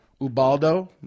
Ubaldo